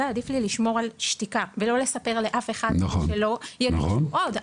עדיף לי לשמור על שתיקה ולא לספר לאף אחד כדי שלא יגישו עוד.